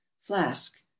flask